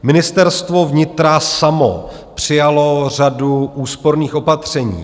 Ministerstvo vnitra samo přijalo řadu úsporných opatření.